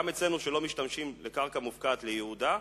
גם אצלנו כשלא משתמשים בקרקע מופקעת לייעודה,